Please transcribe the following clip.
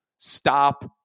stop